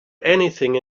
anything